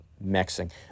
mixing